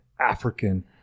african